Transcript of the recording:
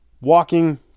walking